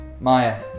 Maya